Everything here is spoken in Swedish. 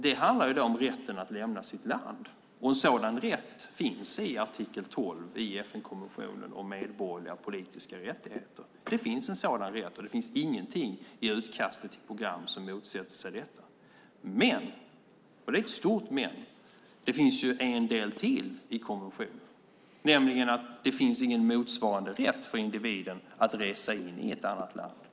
Det handlar om rätten att lämna sitt land. En sådan rätt finns enligt artikel 12 i FN-konventionen om medborgerliga politiska rättigheter. Det finns en sådan rätt, och det finns ingenting i utkastet till programmet som motsätter sig detta. Men, och det är ett stort "men", det finns en del till i konventionen, nämligen att det inte finns någon motsvarande rätt för individen att resa in i ett annat land.